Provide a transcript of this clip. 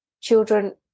children